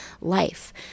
life